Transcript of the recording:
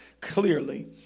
clearly